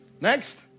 next